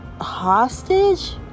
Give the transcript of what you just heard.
Hostage